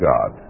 God